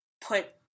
put